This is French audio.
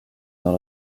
dans